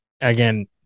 again